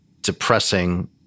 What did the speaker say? depressing